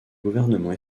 gouvernement